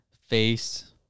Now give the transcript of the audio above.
Face